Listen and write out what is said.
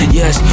yes